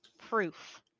proof